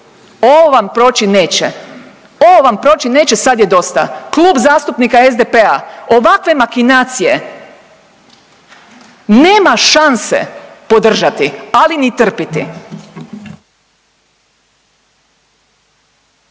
Ovo vam proći neće, ovo vam proći neće, sad je dosta. Klub zastupnika SDP-a ovakve makinacije nema šanse nema šanse podržati, ali ni trpiti.